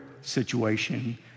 situation